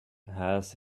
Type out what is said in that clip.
has